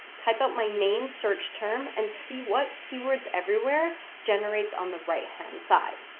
type out my main search term and see what keywords everywhere generates. on the right hand side.